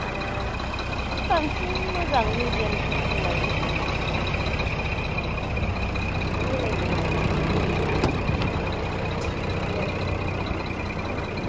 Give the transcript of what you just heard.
माबा बांसिन मोजां मिडियाम साइजखौ लायोबा जेनेबा मिडियाम साइज लायोबा बाहाय मिलायनो हायो दामफोरजोंबो बिदि आरो